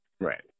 right